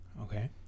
Okay